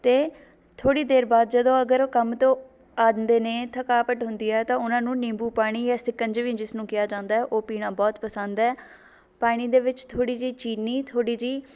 ਅਤੇ ਥੋੜ੍ਹੀ ਦੇਰ ਬਾਅਦ ਜਦੋਂ ਅਗਰ ਉਹ ਕੰਮ ਤੋਂ ਆਉਂਦੇ ਨੇ ਥਕਾਵਟ ਹੁੰਦੀ ਹੈ ਤਾਂ ਉਹਨਾਂ ਨੂੰ ਨਿੰਬੂ ਪਾਣੀ ਹੈ ਸਿਕੰਜਮੀ ਜਿਸ ਨੂੰ ਕਿਹਾ ਜਾਂਦਾ ਉਹ ਪੀਣਾ ਬਹੁਤ ਪਸੰਦ ਹੈ ਪਾਣੀ ਦੇ ਵਿੱਚ ਥੋੜ੍ਹੀ ਜਿਹੀ ਚੀਨੀ ਥੋੜ੍ਹੀ ਜਿਹੀ